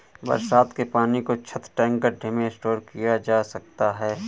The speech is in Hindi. बरसात के पानी को छत, टैंक, गढ्ढे में स्टोर किया जा सकता है